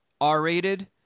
R-rated